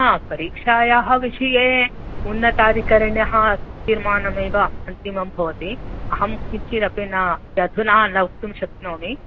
परीक्षायाः विषये उन्नताधिकारिण्यः तीर्मानमेव अन्तिमं भवति अहम् किञ्चिदपि न अधुना न वक्तुं शक्नोमि